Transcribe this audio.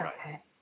Okay